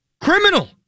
criminal